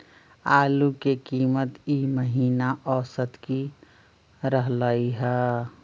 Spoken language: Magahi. आलू के कीमत ई महिना औसत की रहलई ह?